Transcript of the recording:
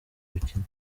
gukina